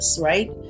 right